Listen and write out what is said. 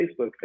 Facebook